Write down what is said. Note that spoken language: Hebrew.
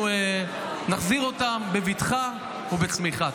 אנחנו נחזיר אותם בבטחה ובצמיחה.